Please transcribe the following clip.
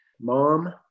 mom